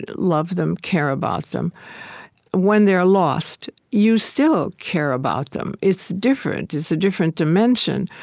love them, care about them when they're ah lost, you still care about them. it's different. it's a different dimension.